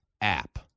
app